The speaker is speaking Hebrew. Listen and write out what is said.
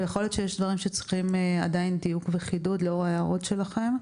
ויכול להיות שיש דברים שעדיין צריכים דיוק וחידוד לאור ההערות שלכם.